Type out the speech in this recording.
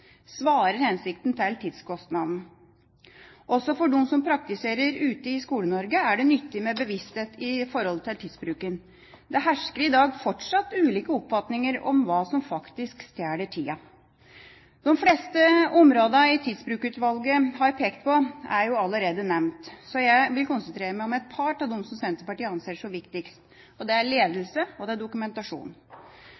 Svarer hensikten til tidskostnaden? Også for dem som praktiserer ute i Skole-Norge, er det nyttig med bevissthet i forhold til tidsbruken. Det hersker i dag fortsatt ulike oppfatninger om hva som faktisk stjeler tida. De fleste områdene Tidsbrukutvalget har pekt på, er allerede nevnt, så jeg vil konsentrere meg om et par av de Senterpartiet anser som viktigst. Det er